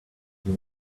you